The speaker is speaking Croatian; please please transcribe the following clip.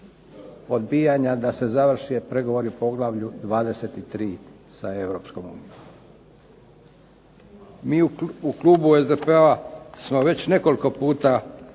odbijanja da se završe pregovori u Poglavlju 23. sa EU. Mi u klubu SDP-a smo već nekoliko puta